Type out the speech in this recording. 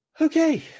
Okay